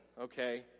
okay